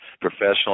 professional